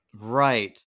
right